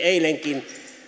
eilenkin